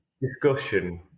discussion